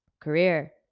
career